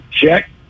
Check